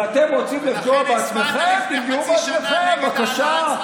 אבל אתם רוצים לפגוע בעצמכם, תפגעו בעצמכם, בבקשה.